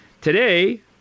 Today